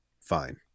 fine